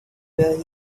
where